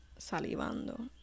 salivando